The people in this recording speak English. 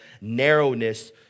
narrowness